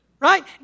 Right